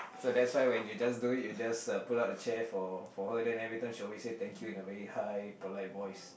so that's why you just do it you just pull out the chair for for her and she'll say thank you in a really high polite voice